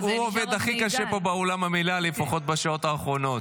זה נשאר עוד מעידן.